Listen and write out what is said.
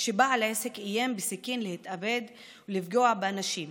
כשבעל העסק איים להתאבד באמצעות סכין ולפגוע באנשים.